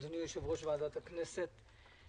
אדוני יושב-ראש ועדת הכנסת.